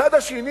הצד השני